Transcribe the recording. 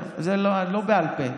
לא בעל פה.